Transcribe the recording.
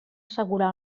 assegurar